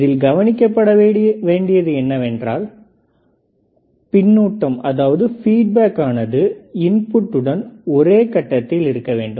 இதில் கவனிக்கப்பட வேண்டியது என்னவென்றால் கொடுக்கப்படும் பின்னூட்டமும் ஆனது இன்புட்டும் ஒரே கட்டத்தில் இருக்க வேண்டும்